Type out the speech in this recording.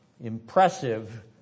impressive